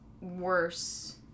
worse